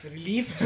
Relief